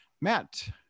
Matt